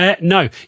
No